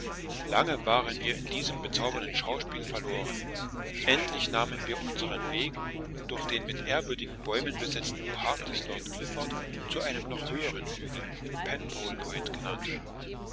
lange waren wir in diesem bezaubernden schauspiel verloren endlich nahmen wir unseren weg durch den mit ehrwürdigen bäumen besetzten park des lord clifford zu einem noch höheren hügel penpole point genannt